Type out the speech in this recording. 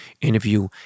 interview